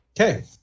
Okay